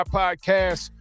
podcast